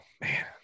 man